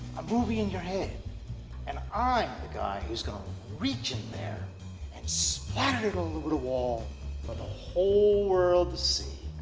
a movie in your head and i'm the guy who's gonna reach in there and splatter it all over the the wall for the whole world to see.